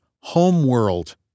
homeworld